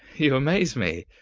you amaze me.